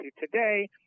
today